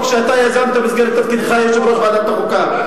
שאתה יזמת במסגרת תפקידך כיושב-ראש ועדת החוקה,